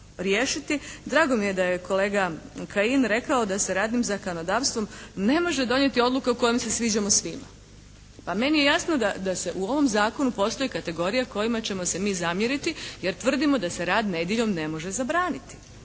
Drago mi je da je kolega Kajin rekao da se radnim zakonodavstvom ne može donijeti odluka u kojem se sviđamo svima. Pa meni je jasno da u ovom zakonu postoje kategorije kojima ćemo se mi zamjeriti jer tvrdimo da se rad nedjeljom ne može zabraniti,